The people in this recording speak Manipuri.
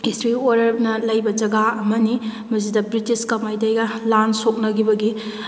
ꯍꯤꯁꯇ꯭ꯔꯤ ꯑꯣꯏꯔꯛꯅ ꯂꯩꯕ ꯖꯒꯥ ꯑꯃꯅꯤ ꯃꯁꯤꯗ ꯕ꯭ꯔꯤꯇꯤꯁꯀ ꯃꯩꯇꯩꯒ ꯂꯥꯟ ꯁꯣꯛꯅꯈꯤꯕꯒꯤ